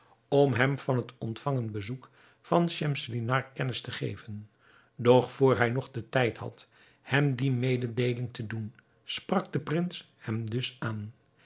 om hem van het ontvangen bezoek van schemselnihar kennis te geven doch vr hij nog den tijd had hem die mededeeling te doen sprak de prins hem dus aan